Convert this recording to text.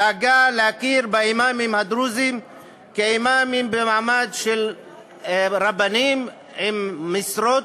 דאגה להכיר באימאמים הדרוזים כאימאמים במעמד של רבנים עם משרות,